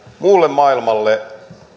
muulle maailmalle